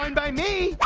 um by me.